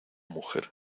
mujer